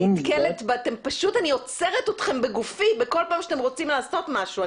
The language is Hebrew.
אני פשוט עוצרת אתכם בגופי בכל פעם שאתם רוצים לעשות משהו.